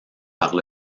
par